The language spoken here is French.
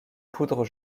poudre